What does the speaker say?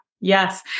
yes